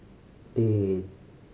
eight